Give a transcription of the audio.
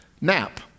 nap